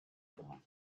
brun